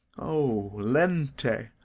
o lente,